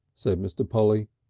said mr. polly.